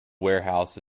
warehouse